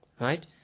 Right